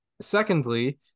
secondly